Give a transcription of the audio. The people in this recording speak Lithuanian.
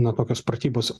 nu tokios pratybos